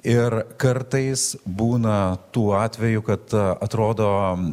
ir kartais būna tų atveju kad atrodo